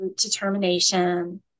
determination